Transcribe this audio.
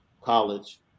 college